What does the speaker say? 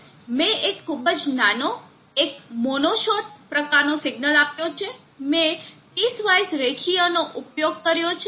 મેં એક ખૂબ જ નાનો એક મોનો શોટ પ્રકારનો સિગ્નલ આપ્યો છે મેં પીસવાઈઝ રેખીયનો ઉપયોગ કર્યો છે